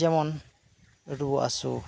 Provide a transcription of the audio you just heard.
ᱡᱮᱢᱚᱱ ᱨᱩᱭᱟᱜ ᱦᱟᱹᱥᱩᱜ ᱠᱚ